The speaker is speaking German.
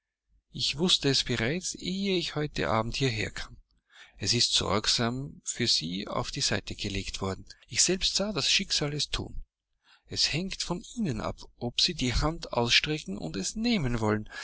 ich wußte es bereits ehe ich heute abend hierher kam es ist sorgsam für sie auf die seite gelegt worden ich selbst sah das schicksal es thun es hängt von ihnen ab ob sie die hand ausstrecken und es nehmen wollen